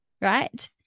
right